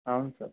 అవును సార్